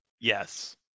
Yes